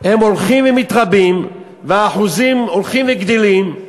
הם הולכים ומתרבים והאחוזים הולכים וגדלים,